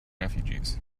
refugees